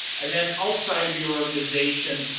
and then, outside of your organization,